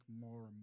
more